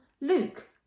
Luke